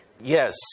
Yes